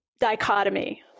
dichotomy